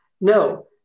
no